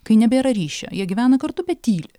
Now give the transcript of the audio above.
kai nebėra ryšio jie gyvena kartu bet tyli